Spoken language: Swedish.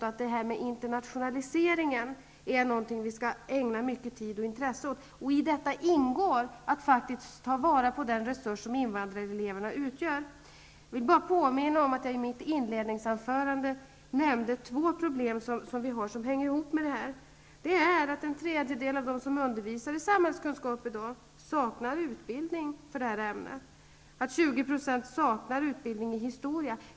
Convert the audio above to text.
Skolan måste ses som en helhet. Vi skall ägna mycket tid och intresse åt internationaliseringen, och i denna ingår att ta vara på de resurser som invandrareleverna utgör. Jag vill bara påminna om att jag i mitt inledningsanförande nämnde två problem som hänger ihop med detta, nämligen att en tredjedel av dem som i dag undervisar i samhällskunskap saknar utbildning för ämnet och att 20 % saknar utbildning i historia.